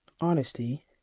honesty